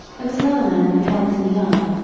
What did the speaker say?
there was another man who helped in the yard,